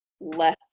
less